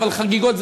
אבל חגיגות,